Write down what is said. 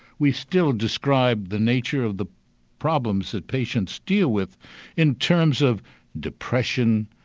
we still describe the nature of the problems that patients deal with in terms of depression,